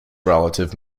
relative